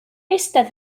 eistedd